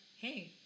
hey